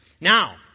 Now